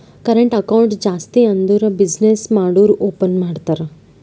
current account ಜಾಸ್ತಿ ಅಂದುರ್ business ಮಾಡೂರು ಓಪನ್ ಮಾಡ್ತಾರ